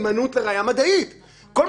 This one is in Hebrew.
אם התגלתה התאמה לראיה מדעית מעבר